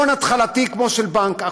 זה הון התחלתי כמו של בנק,